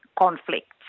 conflicts